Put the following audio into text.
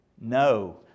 no